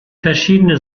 verschiedene